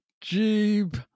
jeep